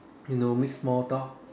you know make small talk